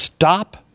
Stop